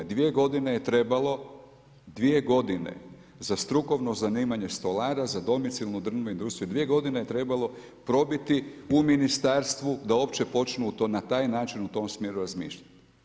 Dvije godine je trebalo, dvije godine za strukovno zanimanje stolara za domicilnu drvnu industriju, dvije godine je trebalo probiti u ministarstvu da uopće počnu na taj način u tom smjeru razmišljati.